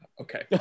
Okay